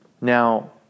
Now